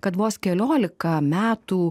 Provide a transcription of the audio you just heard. kad vos keliolika metų